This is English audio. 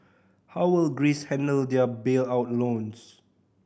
how will Greece handle their bailout loans